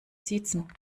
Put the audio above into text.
siezen